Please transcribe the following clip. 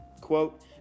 quote